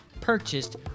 purchased